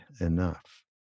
enough